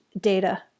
data